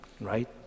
right